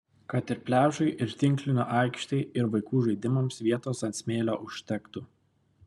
kad ir pliažui ir tinklinio aikštei ir vaikų žaidimams vietos ant smėlio užtektų